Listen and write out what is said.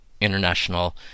international